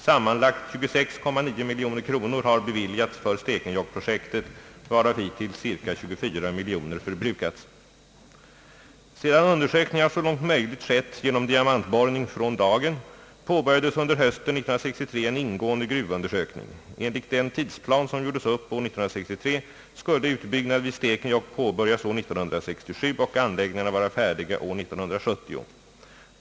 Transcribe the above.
Sammanlagt 26,9 miljoner kronor har beviljats för stekenjokkprojektet, varav hittills ca 24 miljoner kronor förbrukats. Sedan undersökningar så långt möjligt skett genom diamantborrning från dagen påbörjades under hösten 1963 en ingående gruvundersökning. Enligt den tidsplan som gjordes upp år 1963 skulle utbyggnad vid Stekenjokk påbörjas år 1967 och anläggningarna vara färdiga år 1970.